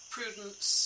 Prudence